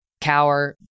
cower